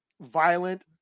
violent